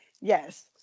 Yes